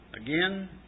again